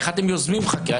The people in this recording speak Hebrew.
איך אתם יוזמים חקירה?